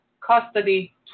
custody